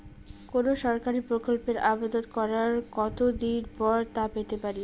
কোনো সরকারি প্রকল্পের আবেদন করার কত দিন পর তা পেতে পারি?